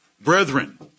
brethren